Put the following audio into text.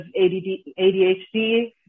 ADHD